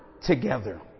together